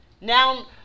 Now